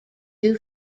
two